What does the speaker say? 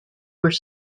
were